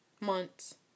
months